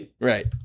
right